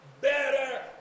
better